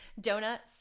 donuts